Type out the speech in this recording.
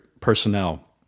personnel